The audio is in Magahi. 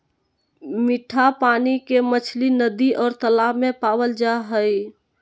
मिट्ठा पानी के मछली नदि और तालाब में पावल जा हइ